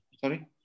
Sorry